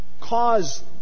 cause